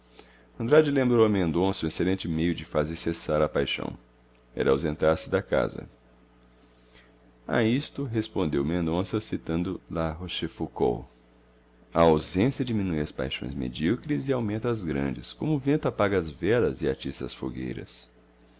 andrade lembrou a mendonça um excelente meio de fazer cessar a paixão era ausentar-se da casa a isto respondeu mendonça citando la rochefoucauld a ausência diminui as paixões medíocres e aumenta as grandes como o vento apaga as velas e atiça as fogueiras